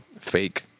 fake